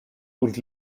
und